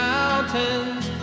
Mountains